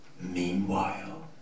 Meanwhile